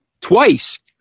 twice